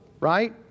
right